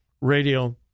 radio